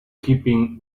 keeping